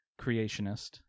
creationist